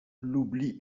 l’oubli